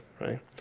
right